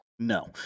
No